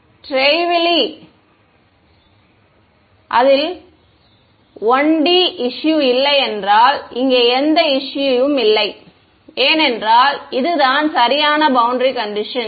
trivially நல்லது அதில் 1 D issue இல்லை என்றால் இங்கே எந்த இஸ்யு யும் இல்லை ஏனென்றால் இதுதான் சரியான பௌண்டரி கண்டிஷன்ஸ்